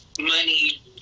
money